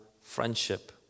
friendship